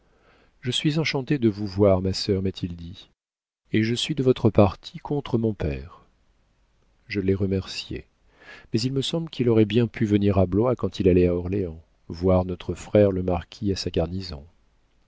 je suis enchanté de vous voir ma sœur m'a-t-il dit et je suis de votre parti contre mon père je l'ai remercié mais il me semble qu'il aurait bien pu venir à blois quand il allait à orléans voir notre frère le marquis à sa garnison